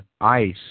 ice